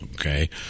okay